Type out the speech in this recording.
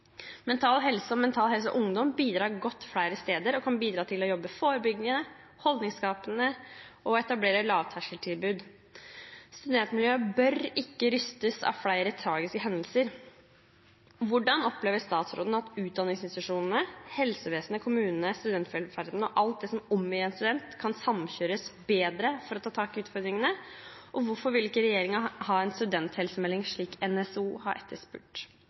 Mental Helse og Mental Helse Ungdom bidrar godt flere steder og kan bidra til å jobbe forebyggende og holdningsskapende og etablere lavterskeltilbud. Studentmiljøet bør ikke rystes av flere tragiske hendelser. Hvordan opplever statsråden at utdanningsinstitusjonene, helsevesenet, kommunene, studentvelferden og alt det som omgir en student, kan samkjøres bedre for å ta tak i utfordringene? Og hvorfor vil ikke regjeringen ha en studenthelsemelding, noe NSO har etterspurt?